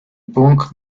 punk